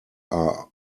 are